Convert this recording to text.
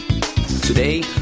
Today